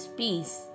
peace